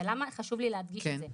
ולמה חשוב לי להדגיש את זה?